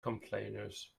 complainers